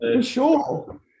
sure